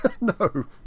No